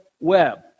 web